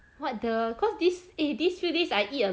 what the cause this eh this few days I eat